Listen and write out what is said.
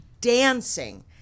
dancing